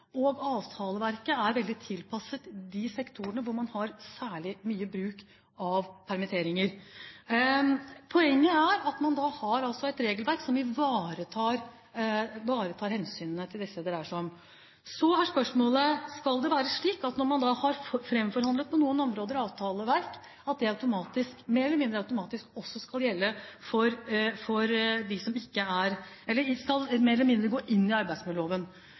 Avtaleverket er veldig tilpasset de sektorene hvor man har særlig mye bruk av permitteringer. Poenget er at man har et regelverk som ivaretar hensynene til disse det dreier seg om. Så er spørsmålet: Skal det være slik at når man på noen områder har framforhandlet avtaleverk, skal dette mer eller mindre gå inn i arbeidsmiljøloven? Jeg vil mene at på noen områder må det gjøre det. Hvis det hadde dreid seg om viktige, basale rettigheter knyttet til ansettelse og oppsigelse, har vi det nedfelt i arbeidsmiljøloven.